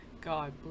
God